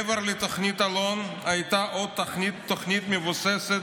מעבר לתוכנית אלון הייתה עוד תוכנית המבוססת